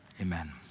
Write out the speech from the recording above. amen